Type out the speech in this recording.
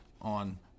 on